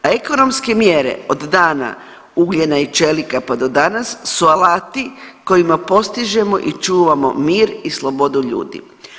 A ekonomske mjere od dana ugljena i čelika pa do danas su alati kojima postižemo i čuvamo mir i slobodu ljudi.